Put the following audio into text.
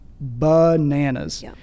bananas